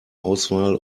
auswahl